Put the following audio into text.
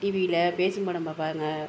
டிவியில் பேசும் படம் பார்ப்பாங்க